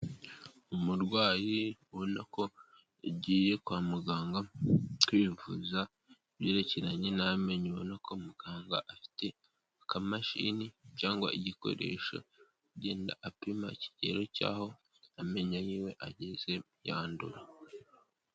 Umurwayi ubona ko yagiye kwa muganga kwivuza ibyerekeranye n'amenyo, ubona ko muganga afite akamashini cyangwa igikoresho agenda apima ikigero cy'aho amenyayo yiwe ageze yandura.